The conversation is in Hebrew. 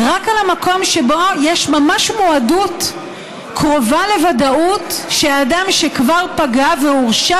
רק על המקום שבו יש ממש מועדות קרובה לוודאות שהאדם שכבר פגע והורשע